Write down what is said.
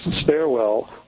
stairwell